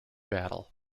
battle